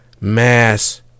mass